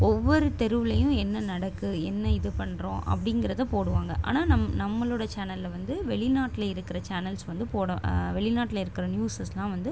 ஒவ்வொரு தெருவுலையும் என்ன நடக்குது என்ன இது பண்ணுறோம் அப்படிங்கறத போடுவாங்க ஆனால் நம் நம்மளோடய சேனலில் வந்து வெளிநாட்டில் இருக்கிற சேனல்ஸ் வந்து போட வெளிநாட்டில் இருக்கிற நியூஸஸ்லாம் வந்து